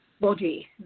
body